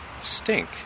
stink